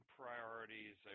priorities